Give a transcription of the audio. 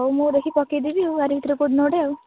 ହଉ ମୁଁ ଦେଖି ପକାଇଦେବି ଆଉ ଆରି ଭିତରେ କେଉଁଦିନ ଗୋଟେ ଆଉ